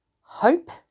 hope